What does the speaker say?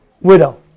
widow